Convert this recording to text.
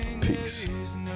peace